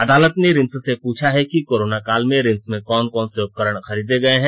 अदालत ने रिम्स से पूछा है की कोरोना काल में रिम्स में कौन कौन से उपकरण खरीदे गए हैं